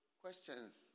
questions